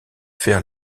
faire